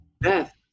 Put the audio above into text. Beth